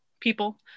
people